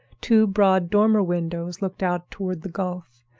two broad dormer windows looked out toward the gulf,